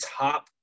top